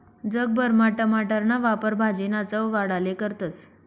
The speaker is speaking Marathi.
जग भरमा टमाटरना वापर भाजीना चव वाढाले करतस